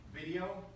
Video